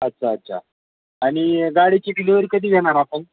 अच्छा अच्छा आणि गाडीची डिलिवरी कधी घेणार आपण